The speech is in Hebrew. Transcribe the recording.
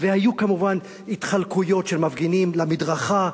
והיו כמובן התחלקויות של מפגינים למדרכה,